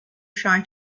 shy